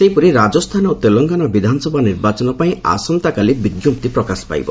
ସେହିପରି ରାଜସ୍ଥାନ ଓ ତେଲଙ୍ଗାନା ବିଧାନସଭା ନିର୍ବାଚନ ପାଇଁ ଆସନ୍ତାକାଲି ବିଜ୍ଞପ୍ତି ପ୍ରକାଶ ପାଇବ